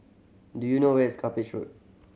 do you know where is Cuppage Road